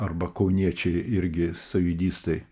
arba kauniečiai irgi sąjūdistai